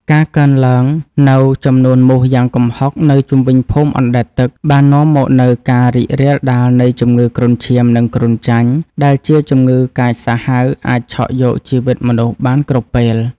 ការកើនឡើងនូវចំនួនមូសយ៉ាងគំហុកនៅជុំវិញភូមិអណ្តែតទឹក បាននាំមកនូវការរីករាលដាលនៃជំងឺគ្រុនឈាម និងគ្រុនចាញ់ ដែលជាជំងឺកាចសាហាវអាចឆក់យកជីវិតមនុស្សបានគ្រប់ពេល។